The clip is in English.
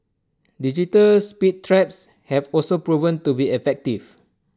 digital speed traps have also proven to be effective